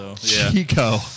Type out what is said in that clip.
Chico